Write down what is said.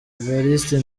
evariste